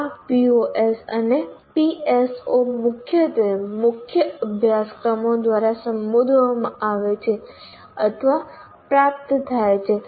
આ POs અને PSO મુખ્યત્વે મુખ્ય અભ્યાસક્રમો દ્વારા સંબોધવામાં આવે છે અથવા પ્રાપ્ત થાય છે